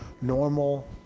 normal